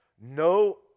no